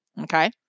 Okay